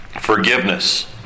forgiveness